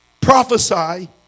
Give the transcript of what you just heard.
Prophesy